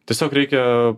tiesiog reikia